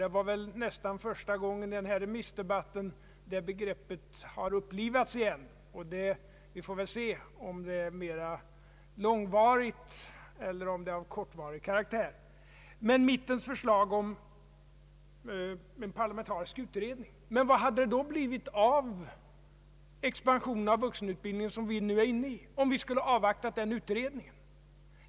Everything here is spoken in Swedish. Det var för övrigt första gången i den här remissdebatten som begreppet ”mitten” upplivades igen — vi får väl se om det blir långvarigt eller om det är av kortvarig karaktär. Men vad hade då blivit av den expansion av vuxenut bildningen som vi nu är inne i, om vi skulle ha avvaktat denna utredning?